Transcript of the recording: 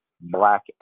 black